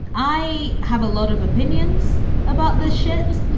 i have a lot of opinions about this shit.